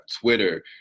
Twitter